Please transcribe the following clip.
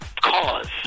cause